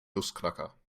nussknacker